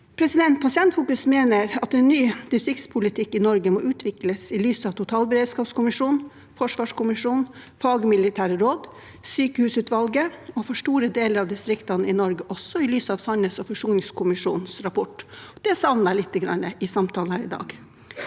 Finnmark. Pasientfokus mener at en ny distriktspolitikk i Norge må utvikles i lys av totalberedskapskommisjonen, forsvarskommisjonen, Forsvarssjefens fagmilitære råd og sykehusutvalget, og for store deler av distriktene i Norge også i lys av sannhets- og forsoningskommisjonens rapport. Det savner jeg litt i samtalen her i dag.